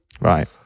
Right